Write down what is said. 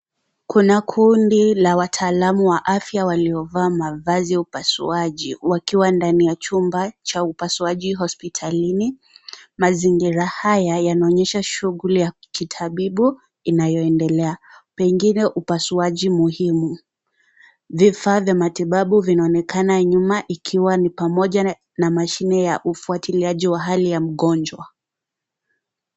Kuna kundi la wataalamu wa afya waliovaa mavazi ya upasuaji wakiwa ndani ya chumba cha upasuaji hospitalini. Mazingira haya yanaonyesha shughuli ya kitabibu inayoendelea, pengine upasuaji muhimu. Vifaa vya matibabu vinaonekana nyuma ikiwa ni pamoja na mashine ya ufuatiliaji wa hali ya mgonjwa.